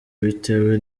bitewe